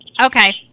Okay